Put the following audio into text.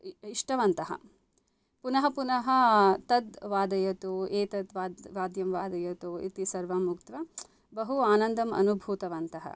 इष्टवन्तः पुनः पुनः तत् वादयतु एतत् वाद्यं वादयतु इति सर्वम् उक्त्वा बहु आनन्दम् अनुभूतवन्तः